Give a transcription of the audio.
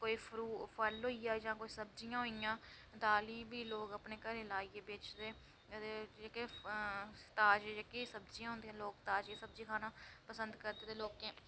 कोई फरूट फल होई आ जां कोई सब्जियां होइ आ दालीे बी लोक अपने घरें लाइयै बेचदे अदे जेह्के ताजी जेह्कियां सब्जियां होंदियां ताजी सब्जी खाना पसंद करदे लोग